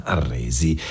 Arresi